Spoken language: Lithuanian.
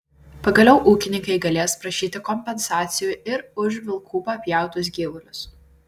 pagaliau ūkininkai galės prašyti kompensacijų ir už vilkų papjautus gyvulius